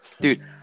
Dude